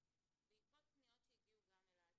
אבל בעקבות פניות שהגיעו גם אליי,